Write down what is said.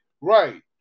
Right